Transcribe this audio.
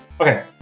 Okay